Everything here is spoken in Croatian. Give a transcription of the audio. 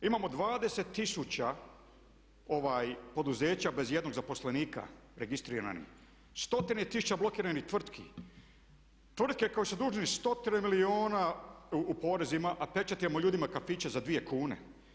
Imamo 20 tisuća poduzeća bez ijednog zaposlenika, registriranih, stotine tisuća blokiranih tvrtki, tvrtke koje su dužne stotina milijuna u porezima a pečatimo ljudima kafiće za dvije kune.